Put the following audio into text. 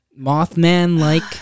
Mothman-like